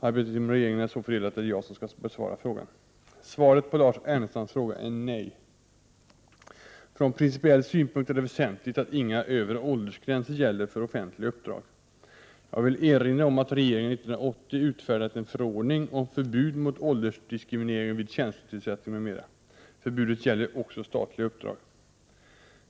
Arbetet inom regeringen är så fördelat att det är jag som skall besvara frågan. Svaret på Lars Ernestams fråga är nej. Från principiell synpunkt är det väsentligt att inga övre åldersgränser gäller för offentliga uppdrag. Jag vill erinra om att regeringen 1980 utfärdat en förordning om förbud mot åldersdiskriminering vid tjänstetillsättning m.m. Förbudet gäller också statliga uppdrag.